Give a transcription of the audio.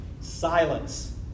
Silence